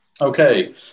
Okay